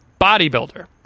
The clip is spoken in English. bodybuilder